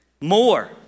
More